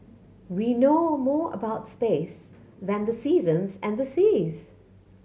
we know more about space than the seasons and the seas